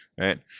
right